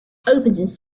opens